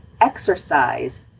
exercise